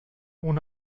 ohne